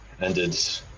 ended